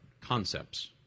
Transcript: concepts